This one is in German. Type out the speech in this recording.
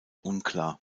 unklar